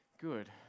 good